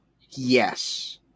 Yes